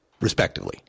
respectively